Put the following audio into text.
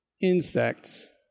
insects